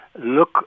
look